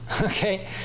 Okay